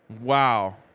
Wow